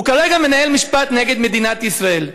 הוא כרגע מנהל משפט נגד מדינת ישראל.